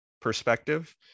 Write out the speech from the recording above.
perspective